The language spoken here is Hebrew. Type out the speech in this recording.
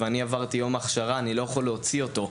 ואני עברתי יום הכשרה אני לא יכול להוציא אותו,